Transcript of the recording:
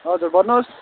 हजुर भन्नुहोस्